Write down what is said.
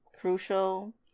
crucial